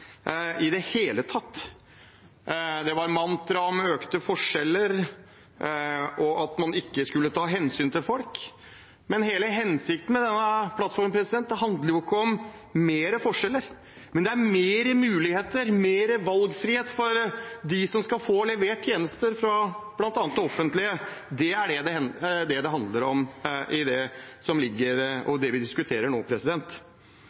i det hele tatt som var bra med denne politiske plattformen. Det var mantraet om økte forskjeller og at man ikke skulle ta hensyn til folk. Men hele hensikten med denne plattformen er jo ikke økte forskjeller, men flere muligheter, mer valgfrihet for dem som skal få levert tjenester fra bl.a. det offentlige. Det er det det handler om, og det vi diskuterer nå.